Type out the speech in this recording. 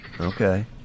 okay